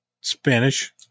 Spanish